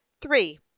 Three